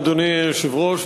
אדוני היושב-ראש,